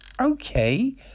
okay